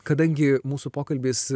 kadangi mūsų pokalbis